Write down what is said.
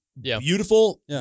beautiful